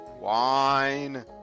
Wine